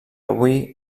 avui